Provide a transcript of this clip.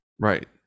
right